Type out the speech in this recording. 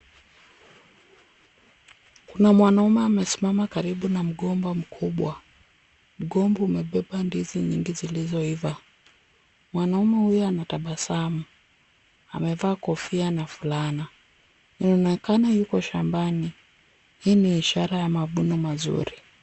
Kuna mwanaume amesimama karibu na mgomba mkubwa. Mgomba umebeba ndizi nyingi zilizoiva. Mwanaume huyu anatabasamu. Amevaa kofia na fulana. Anaonekana yuko shambani. Hii ni ishara ya mavuno mazuri.